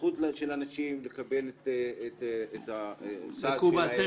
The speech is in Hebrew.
הזכות של אנשים לקבל את הסעד שלהם --- אבל צריך